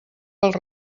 pels